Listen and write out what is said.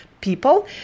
people